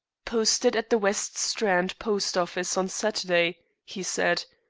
posted at the west strand post-office on saturday, he said.